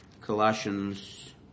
Colossians